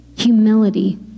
Humility